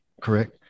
correct